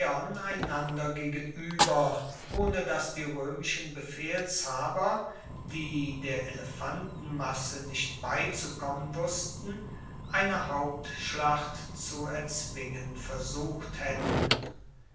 einander gegenueber ohne dass die roemischen befehlshaber die der elefantenmasse nicht beizukommen wussten eine hauptschlacht zu erzwingen versucht haetten